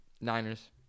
Niners